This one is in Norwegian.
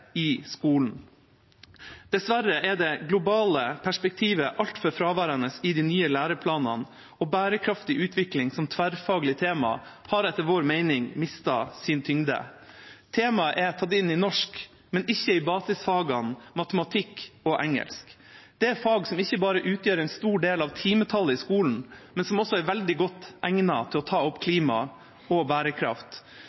i skolen. Dessverre er det globale perspektivet altfor fraværende i de nye læreplanene, og bærekraftig utvikling som tverrfaglig tema har etter vår mening mistet sin tyngde. Temaet er tatt inn i norsk, men ikke i basisfagene matematikk og engelsk. Det er fag som ikke bare utgjør en stor del av timetallet i skolen, men som også er veldig godt egnet til å ta opp